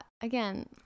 again